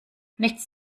nichts